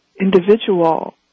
individual